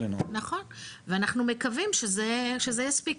נכון, ואנחנו מקווים שזה יספיק.